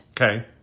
okay